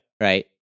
right